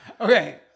Okay